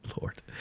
Lord